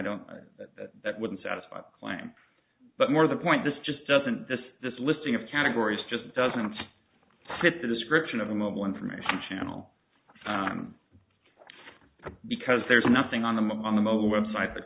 don't that wouldn't satisfy climb but more of the point this just doesn't this this listing of categories just doesn't fit the description of the mobile information channel because there's nothing on the mobile website that